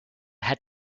hat